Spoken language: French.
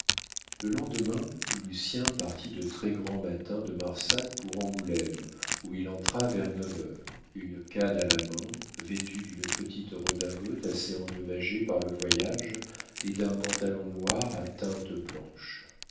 le lendemain lucien partit de très-grand matin de marsac pour angoulême où il entra vers neuf heures une canne à la main vêtu d'une petite redingote assez endommagée par le voyage et d'un pantalon noir à teintes blanches